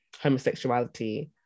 homosexuality